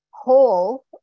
whole